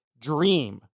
Dream